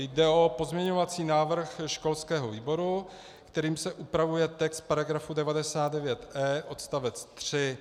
Jde o pozměňovací návrh školského výboru, kterým se upravuje text § 99e odst. 3.